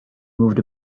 moved